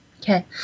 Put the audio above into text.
Okay